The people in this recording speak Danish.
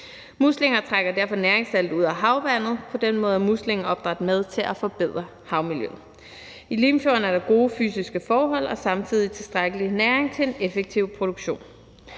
Muslinger trækker derfor næringssalte ud af havvandet. På den måde er muslingeopdræt med til at forbedre havmiljøet. I Limfjorden er der gode fysiske forhold og samtidig tilstrækkelig næring til en effektiv produktion.